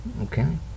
Okay